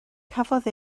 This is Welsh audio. cafodd